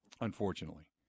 unfortunately